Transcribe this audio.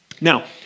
Now